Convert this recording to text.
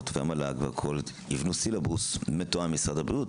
והמל"ג יבנו סילבוס מתואם עם משרד הבריאות.